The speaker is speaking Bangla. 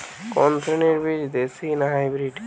কোন শ্রেণীর বীজ দেশী না হাইব্রিড?